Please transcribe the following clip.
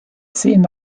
sehen